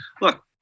look